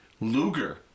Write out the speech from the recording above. Luger